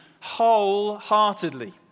wholeheartedly